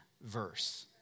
verse